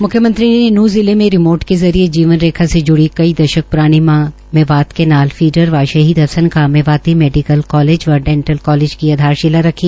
म्ख्यमंत्री ने नूहं जिले में रिमोर्ट के जरिये जीवन रेखा से जुड़ी कई दशक प्रानी मांग मेवात केनाल फीडर व शहीद हसन खां मेवाती मेडिकल कालेज मे डेंटल कालेज की आधारशिला रखी